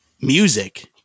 music